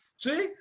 see